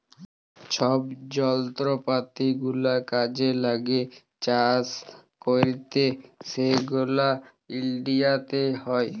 ছব যলত্রপাতি গুলা কাজে ল্যাগে চাষ ক্যইরতে সেগলা ইলডিয়াতে হ্যয়